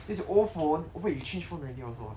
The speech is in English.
use your old phone oh wait you change phone already also ah